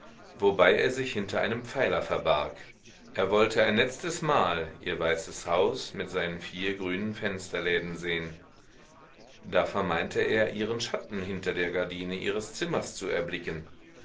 wobei er sich hinter einem pfeiler verbarg er wollte ein letztes mal ihr weißes haus mit seinen vier grünen fensterläden sehen da vermeinte er ihren schatten hinter der gardine ihres zimmers zu erblicken